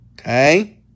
Okay